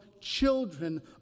children